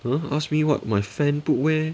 ha ask me what my friend put where